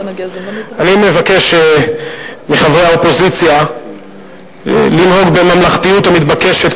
אני מבקש מחברי האופוזיציה לנהוג בממלכתיות המתבקשת,